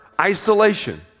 isolation